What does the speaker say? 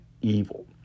evil